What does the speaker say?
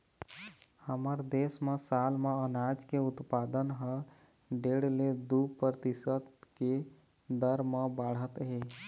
हमर देश म साल म अनाज के उत्पादन ह डेढ़ ले दू परतिसत के दर म बाढ़त हे